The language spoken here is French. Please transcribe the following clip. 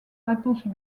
réponse